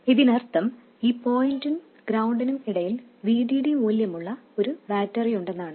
ഇതിനർത്ഥം ഈ പോയിന്റിനും ഗ്രൌണ്ടിനും ഇടയിൽ VDD മൂല്യമുള്ള ഒരു ബാറ്ററിയുണ്ടെന്നാണ്